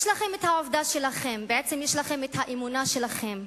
יש לכם העובדה שלכם, בעצם יש לכם האמונה שלכם.